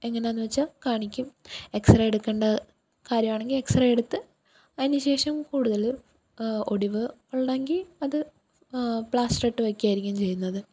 എങ്ങനെ ആണെന്നു വച്ചാൽ കാണിക്കും എക്സറേ എടുക്കേണ്ട കാര്യം ആണെങ്കിൽ എക്സ്റേ എടുത്ത് അതിന് ശേഷം കൂടുതൽ ഒടിവ് ഉള്ളതെങ്കിൽ അത് പ്ലാസ്റ്റർ ഇട്ട് വയ്ക്കുകയായിരിക്കും ചെയ്യുന്നത്